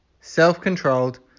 self-controlled